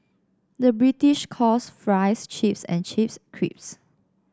the British calls fries chips and chips crisps